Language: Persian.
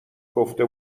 گفته